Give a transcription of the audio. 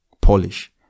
polish